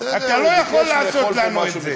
אתה לא יכול לעשות לנו את זה.